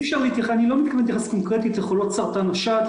אני לא מתכוון להתייחס קונקרטית לחולות סרטן השד,